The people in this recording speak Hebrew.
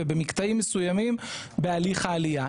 ובמקטעים מסוימים בהליך העלייה.